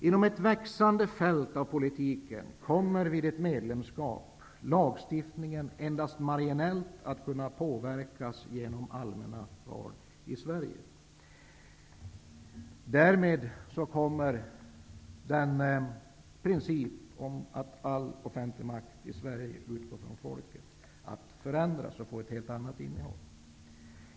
Inom ett växande fält av politiken kommer lagstiftningen vid ett medlemskap endast marginellt att kunna påverkas genom allmänna val i Sverige. Därmed kommer principen om att all offentlig makt i Sverige utgår från folket att förändras och få ett helt annat innehåll.